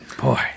Boy